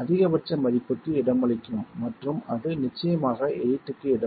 அதிகபட்ச மதிப்புக்கு இடமளிக்கும் மற்றும் அது நிச்சயமாக 8 க்கு இடமளிக்கும்